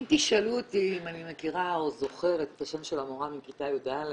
אם תשאלו אותי אם אני מכירה או זוכרת את השם של המורה מכיתה י"א,